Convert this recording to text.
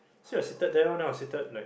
so we are seated there lor then I was seated like